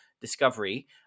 discovery